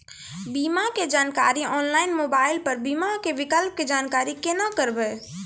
बीमा के जानकारी ऑनलाइन मोबाइल पर बीमा के विकल्प के जानकारी केना करभै?